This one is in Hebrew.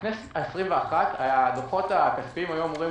בכנסת ה-21 הדוחות הכספיים היו אמורים